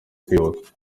kwibuka